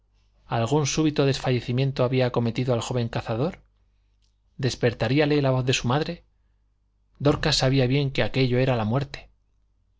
algún súbito desfallecimiento había acometido al joven cazador despertaríale la voz de su madre dorcas sabía bien que aquello era la muerte